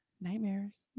nightmares